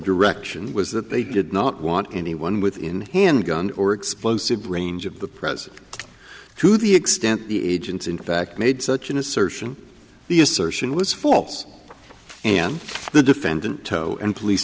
direction was that they did not want anyone within handgun or explosive range of the present to the extent the agents in fact made such an assertion the assertion was false and the defendant toe and police